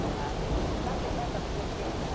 about the event on the fifteen,